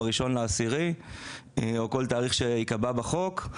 ב-1 באוקטובר או בכל תאריך שייקבע בחוק,